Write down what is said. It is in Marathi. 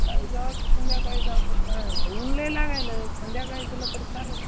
काय जा संध्याकाळी जाऊ काय कळेना ऊन लै लागायलय संध्याकाळी गेलं तर चाल